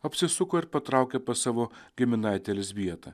apsisuko ir patraukė pas savo giminaitę elzbietą